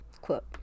Quote